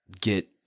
get